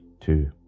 two